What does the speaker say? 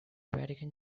vatican